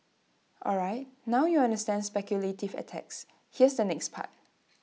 alright now you understand speculative attacks here's the next part